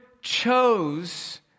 chose